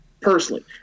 personally